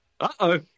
Uh-oh